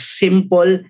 simple